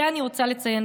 ואני רוצה לציין,